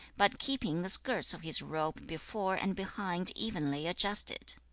but keeping the skirts of his robe before and behind evenly adjusted.